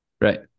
Right